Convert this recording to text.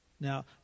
Now